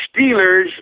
Steelers